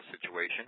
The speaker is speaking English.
situation